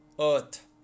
earth